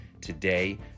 today